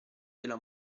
della